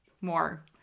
more